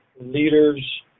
leaders